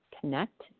connect